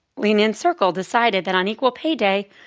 lean in circle decided that on equal pay day,